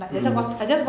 mm